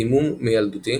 דימום מיילדותי